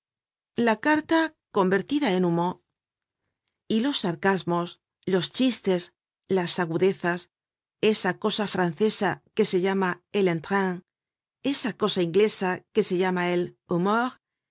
la carta convertida en humo y los sarcasmos los chistes las agudezas esa cosa francesa que se llama el entrain esa cosa inglesa que se llama el humour